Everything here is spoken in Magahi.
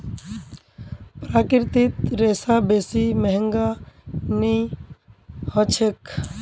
प्राकृतिक रेशा बेसी महंगा नइ ह छेक